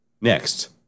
Next